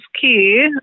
key